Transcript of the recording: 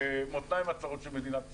במותניים הצרות של מדינת ישראל.